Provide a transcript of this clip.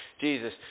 Jesus